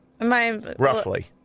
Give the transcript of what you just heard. Roughly